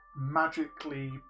magically